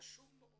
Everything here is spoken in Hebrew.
חשוב מאוד